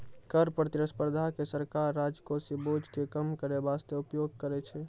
कर प्रतिस्पर्धा के सरकार राजकोषीय बोझ के कम करै बासते उपयोग करै छै